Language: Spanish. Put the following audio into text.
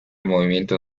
movimiento